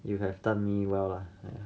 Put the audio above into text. you have done me well lah !aiya!